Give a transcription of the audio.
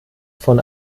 von